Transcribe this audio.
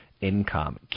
income